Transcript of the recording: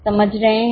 समझ रहे हैं